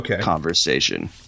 conversation